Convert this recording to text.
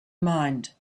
mind